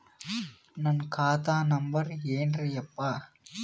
ನನ್ನ ಖಾತಾ ನಂಬರ್ ಏನ್ರೀ ಯಪ್ಪಾ?